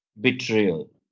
betrayal